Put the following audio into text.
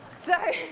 so